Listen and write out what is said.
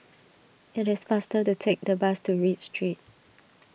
it is faster to take the bus to Read Street